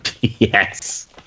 Yes